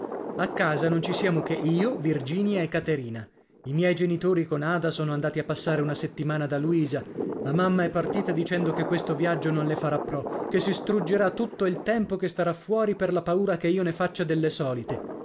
a casa non ci siamo che io virginia e caterina i miei genitori con ada sono andati a passare una settimana da luisa la mamma è partita dicendo che questo viaggio non le farà pro che si struggerà tutto il tempo che starà fuori per la paura che io ne faccia delle solite